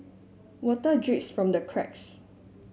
water drips from the cracks